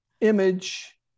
image